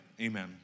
Amen